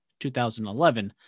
2011